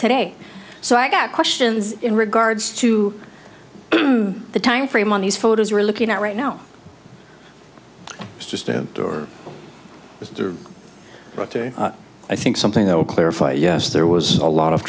today so i got questions in regards to the time frame on these photos are looking at right now it's just a door but i think something that will clarify yes there was a lot of